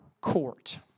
court